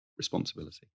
Responsibility